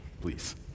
please